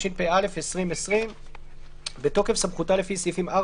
התשפ"א-2020 בתוקף סמכותה לפי סעיפים 4,